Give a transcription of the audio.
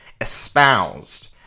espoused